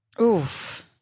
Oof